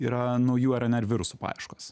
yra naujų rnr virusų paieškos